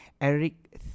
Eric